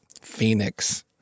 Phoenix